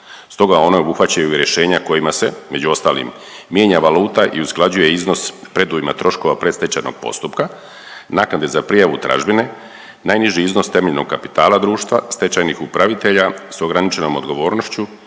stoga ona obuhvaćaju rješenja kojima se među ostalim mijenja valuta i usklađuje iznos predujma troškova predstečajnog postupka, naknade za prijavu tražbine, najniži iznos temeljenog kapitala društva stečajnih upravitelje s ograničenom odgovornošću,